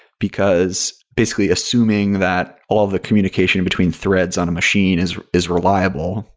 because, basically, assuming that all of the communication between threads on a machine is is reliable,